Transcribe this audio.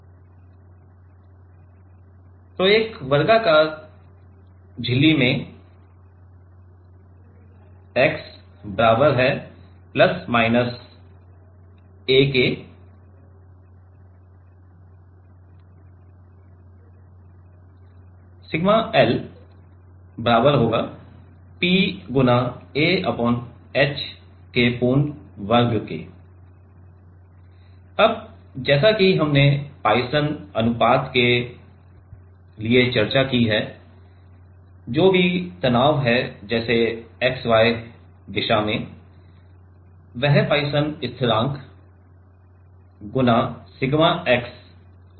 इसलिए single crystal के लिए 110 दिशा इसलिए तनाव एक वर्गाकार झिल्ली में पर अब जैसा कि हमने पॉइसन अनुपात के लिए चर्चा की है जो भी तनाव है जैसे xy दिशा में वह पॉइसन स्थिरांक गुणा सिग्मा x होगा